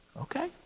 Okay